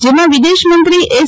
જેમાં વિદેશમંત્રી એસ